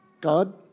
God